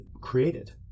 created